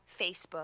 Facebook